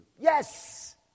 Yes